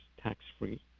tax-free